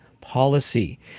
policy